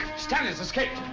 stanley's escaped.